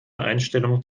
einstellung